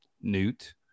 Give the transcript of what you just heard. Newt